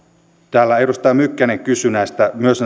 täällä edustaja mykkänen kysyi myös